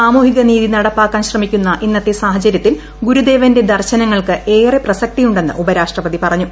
സ്മാമൂഹിക നീതി നടപ്പാക്കാൻ ശ്രമിക്കുന്ന ഇന്നത്തെ സാഹചര്യത്തിൽ ഗുരുദേവന്റെ ദർശനങ്ങൾക്ക് ഏറെ പ്രസക്തിയുണ്ടെന്ന് ഉപരാഷ്ട്രപതി പറഞ്ഞു